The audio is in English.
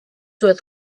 with